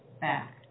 back